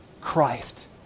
Christ